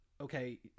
okay